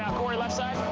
um cory, left side.